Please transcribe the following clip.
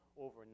Over